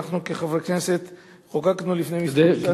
שאנחנו כחברי הכנסת חוקקנו לפני כמה שנים,